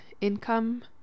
income